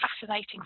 fascinating